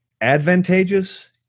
advantageous